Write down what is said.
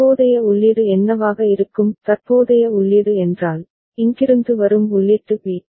தற்போதைய உள்ளீடு என்னவாக இருக்கும் தற்போதைய உள்ளீடு என்றால் இங்கிருந்து வரும் உள்ளீட்டு பிட்